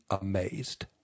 amazed